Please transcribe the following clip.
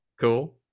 cool